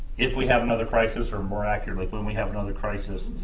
if we have another crisis, or, more accurately, when we have another crisis,